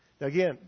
Again